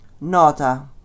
Nota